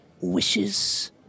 wishes